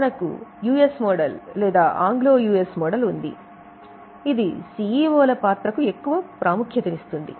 మనకు US model లేదా Anglo US model ఉంది ఇది సిఇఓల పాత్రకు ఎక్కువ ప్రాముఖ్యత నిస్తుంది